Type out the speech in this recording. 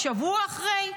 שבוע אחרי,